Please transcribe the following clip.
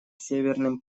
северным